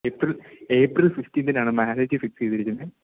April April ഫിഫ്റ്റീന്തിനാണ് marriage fix ചെയ്തിരിക്കുന്നത്